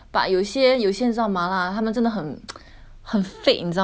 很 fake 你知道吗吃起来不像是那种 traditional 的麻辣的味道